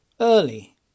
Early